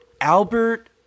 Albert